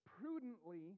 prudently